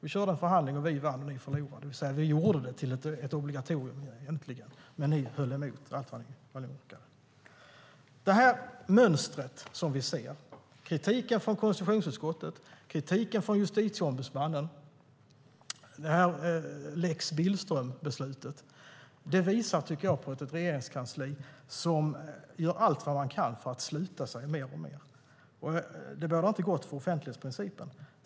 Vi körde en förhandling, och vi vann och ni förlorade. Vi gjorde registret äntligen till ett obligatorium, men ni höll emot allt vad ni orkade. Detta mönster, det vill säga kritiken från konstitutionsutskottet, kritiken från Justitieombudsmannen och lex Billström-beslutet, visar på ett regeringskansli som gör allt vad man kan för att sluta sig mer och mer. Det bådar inte gott för offentlighetsprincipen.